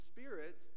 Spirit